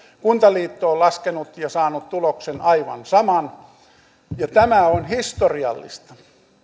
kuntaliitto on laskenut ja saanut tuloksena aivan saman ja tämä on historiallista